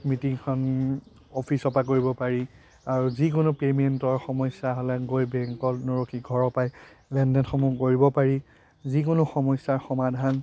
মিটিংখন অফিচৰ পৰা কৰিব পাৰি আৰু যিকোনো পে'মেন্টৰ সমস্যা হ'লে গৈ বেংকত নৰখি ঘৰৰ পৰাই লেনদেনসমূহ কৰিব পাৰি যিকোনো সমস্যাৰ সমাধান